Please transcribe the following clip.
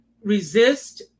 Resist